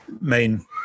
main